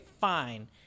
fine